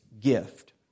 gift